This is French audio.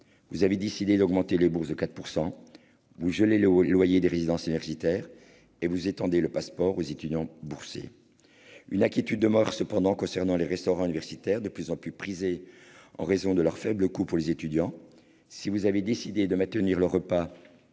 vous avez décidé d'augmenter les bourses de 4 %, vous gelez les loyers des résidences universitaires et vous étendez le Pass'Sport aux étudiants boursiers. Une inquiétude demeure cependant concernant les restaurants universitaires, de plus en plus prisés des étudiants en raison de leur faible coût. Si vous avez décidé de maintenir le repas